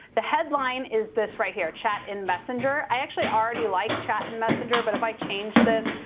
the headline is this right here. chat in messenger. i actually already liked chat in messenger, but if i change this,